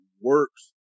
works